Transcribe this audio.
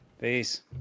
Peace